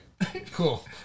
Cool